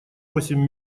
восемь